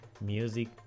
music